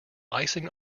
icing